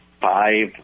five